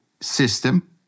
system